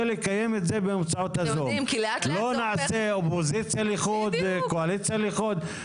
לא נעשה אופוזיציה לחוד וקואליציה לחוד.